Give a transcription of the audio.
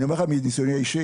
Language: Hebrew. אני אומר לך מניסיוני האישי,